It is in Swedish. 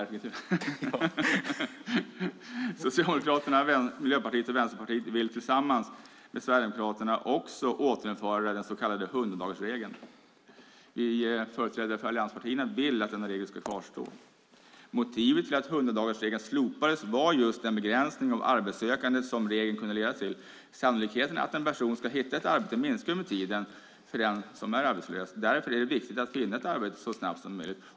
Socialdemokraterna, Miljöpartiet och Vänsterpartiet vill tillsammans med Sverigedemokraterna också återinföra den så kallade 100-dagarsregeln. Vi företrädare för allianspartierna vill att denna regel ska kvarstå. Motivet till att 100-dagarsregeln slopades var just den begränsning av arbetssökandet som regeln kunde leda till. Sannolikheten att en person ska hitta ett arbete minskar ju med tiden för den som är arbetslös. Därför är det viktigt att finna ett arbete så snabbt som möjligt.